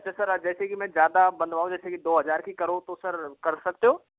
अच्छा सर जैसे कि मैं ज़्यादा बंधवाऊँ जैसे कि दो हजार की करो तो सर कर सकते हो